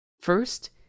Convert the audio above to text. first